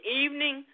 evening